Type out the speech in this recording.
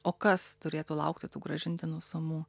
o kas turėtų laukti tų grąžintinų sumų